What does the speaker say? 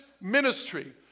ministry